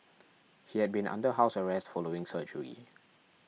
he had been under house arrest following surgery